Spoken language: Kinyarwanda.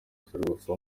ferwafa